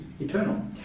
eternal